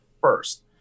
first